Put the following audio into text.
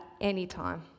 anytime